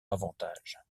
avantage